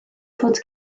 fod